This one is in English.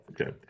okay